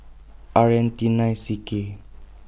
R N T nine C K